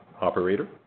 Operator